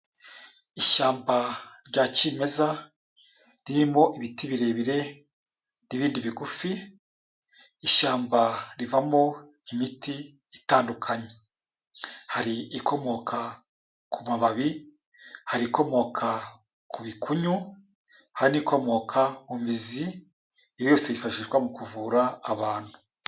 Ishyamba rya kimeza ririmo ibiti birebire n'ibindi bigufi, ishyamba rivamo imiti itandukanye. Hari ikomoka ku mababi, hari ikomoka ku bikunyu, hari n'ikomoka mu mizi. Iyo yose yifashishwa mu kuvura abantu.